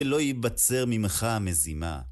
שלא ייבצר ממך המזימה.